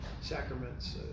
sacraments